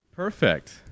Perfect